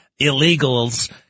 illegals